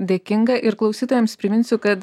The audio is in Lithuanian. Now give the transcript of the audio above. dėkinga ir klausytojams priminsiu kad